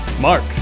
Mark